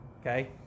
Okay